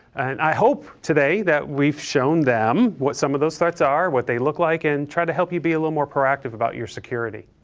i hope today that we've shown them what some of those threats are, what they look like, and tried to help you be a little more proactive about your security.